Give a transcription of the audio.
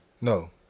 No